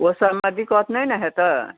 ओ सबमे दिकत नहि ने हेतै